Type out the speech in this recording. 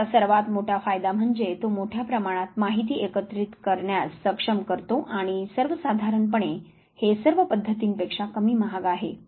याचा सर्वात मोठा फायदा म्हणजे तो मोठ्या प्रमाणात माहिती एकत्रित करण्यास सक्षम करतो आणि सर्व साधारणपणे हे सर्व पद्धतींपेक्षा कमी महाग आहे